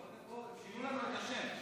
פרוש, הם שינו לנו את השם.